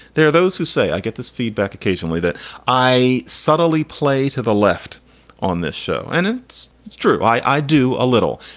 there are those who say i get this feedback occasionally that i suddenly play to the left on this show. and it's true. i do a little.